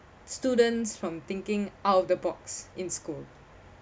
students from thinking out of the box in school